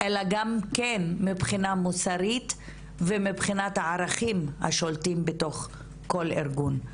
אלא גם כן מבחינה מוסרית ומבחינת הערכים השולטים בתוך כל ארגון.